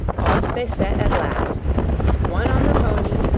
off they set at last one on the pony,